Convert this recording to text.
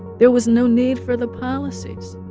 there was no need for the policies